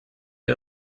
die